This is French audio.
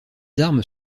armes